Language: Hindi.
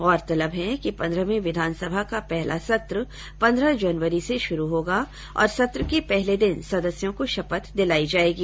गौरतलब है कि पन्द्रहवीं विधानसभा का पहला सत्र पन्द्रह जनवरी से शुरु होगा और सत्र के पहले दिन सदस्यों को शपथ दिलाई जायेगी